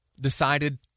decided